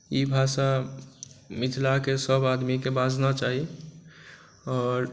ई भाषा मिथिलाकेँ सभ आदमीकेँ बाजना चाही और